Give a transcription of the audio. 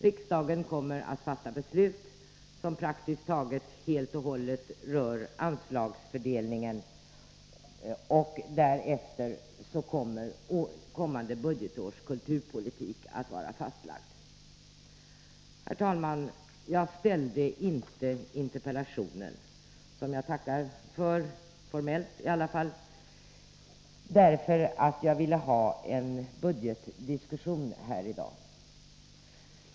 Riksdagen kommer därefter att fatta beslut som praktiskt taget helt och hållet rör anslagsfördelningen, och därmed kommer nästa års kulturpolitik att vara fastlagd. Herr talman! Jag tackar för svaret på min interpellation, men jag vill säga att jag inte framställde den främst därför att jag ville ha en budgetdiskussion här i dag.